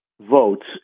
votes